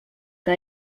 que